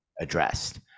addressed